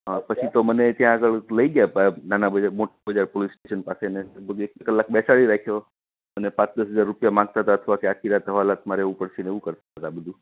હા પછી તો મને ત્યાં આગળ લઈ ગયા હતા નાના બજાર મોટા બજાર પોલીસ સ્ટેશન પાસે અને ને બધી એક કલાક બેસાડી રાખ્યો અને પાચ દસ હજાર રૂપિયા માંગતા તા અથવા તો આખી રાત હવાલાતમા રહેવું પડશે ને એવુ કરતા તા બધુ